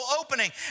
opening